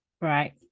Right